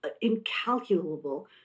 incalculable